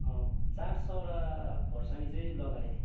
चार सौवटा खोर्सानी चाहिँ लगाएँ